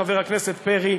חבר הכנסת פרי,